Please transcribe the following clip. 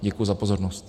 Děkuji za pozornost.